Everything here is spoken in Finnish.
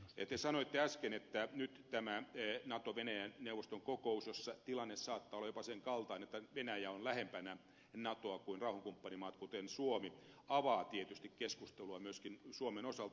te sanoitte äsken että nyt tämä nato venäjä neuvoston kokous jossa tilanne saattaa olla jopa sen kaltainen että venäjä on lähempänä natoa kuin rauhankumppanimaat kuten suomi avaa tietysti keskustelua myöskin suomen osalta